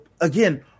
again